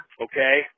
okay